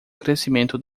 crescimento